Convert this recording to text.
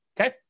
Okay